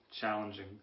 challenging